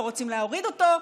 לא רוצים להוריד אותו,